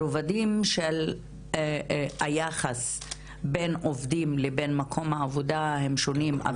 הרובדים של היחס בין עובדים לבין מקום העבודה הם שונים.